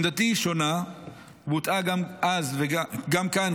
עמדתי שונה ובוטאה גם אז גם כאן,